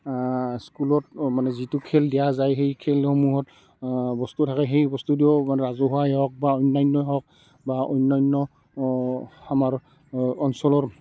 স্কুলত মানে যিটো খেল দিয়া যায় সেই খেলসমূহত বস্তু থাকে সেই বস্তুটোও ৰাজহুৱাই হওক বা অনান্যই হওক বা অনান্য আমাৰ অঞ্চলৰ